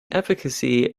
efficacy